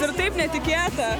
ir taip netikėta